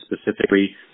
specifically